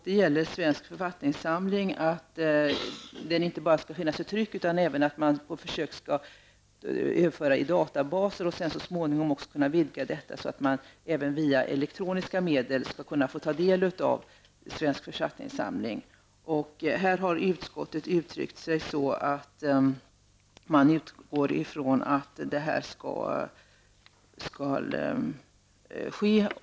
Det gäller svensk författningssamling, där man menar att den inte bara skall finnas i tryck utan även på försök i databaser. Så småningom skall den kunna utvidgas så att man via elektroniska medel skall kunna få ta del av svensk författningssamling. Här har utskottet uttryckt sig som så att man utgår från att så skall ske.